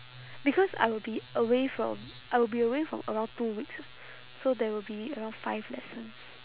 because I will be away from I will be away for around two weeks ah so there will be around five lessons